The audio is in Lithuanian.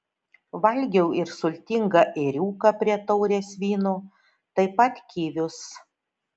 valgiau ir sultingą ėriuką prie taurės vyno taip pat kivius